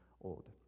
old